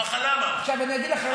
עכשיו אני אגיד לך,